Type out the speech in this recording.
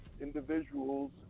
individuals